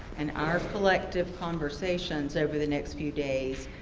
and our collective conversations over the next few days,